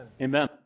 Amen